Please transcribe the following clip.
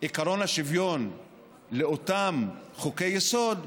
עקרון השוויון לאותם חוקי-יסוד,